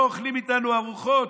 לא אוכלים איתנו ארוחות,